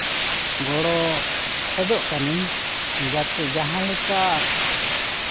ᱜᱚᱲᱚ ᱠᱷᱚᱡᱚᱜ ᱠᱟᱹᱱᱟᱹᱧ ᱡᱟᱛᱮ ᱡᱟᱦᱟᱸ ᱞᱮᱠᱟ